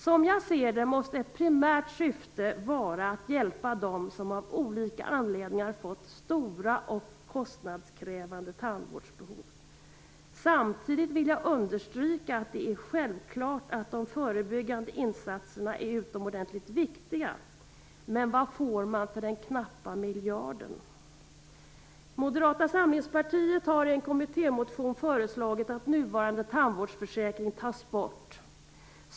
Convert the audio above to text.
Som jag ser det måste ett primärt syfte vara att hjälpa dem som av olika anledningar har fått stora och kostnadskrävande tandvårdsbehov. Samtidigt vill jag understryka att de förebyggande insatserna självfallet är utomordentligt viktiga, men vad får man för den knappa miljarden? Moderata samlingspartiet har i en kommittémotion föreslagit att nuvarande tandvårdsförsäkring skall tas bort.